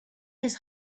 his